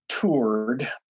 toured